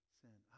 sin